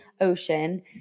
Ocean